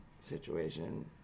situation